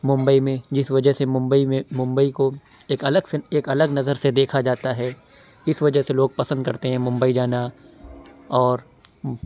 ممبئی میں جس وجہ سے ممبئی میں ممبئی کو ایک الگ سے ایک الگ نظر سے دیکھا جاتا ہے اس وجہ سے لوگ پسند کرتے ہیں ممبئی جانا اور